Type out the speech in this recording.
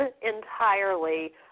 entirely